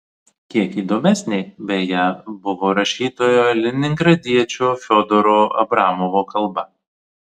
kiek įdomesnė beje buvo rašytojo leningradiečio fiodoro abramovo kalba